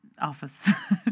office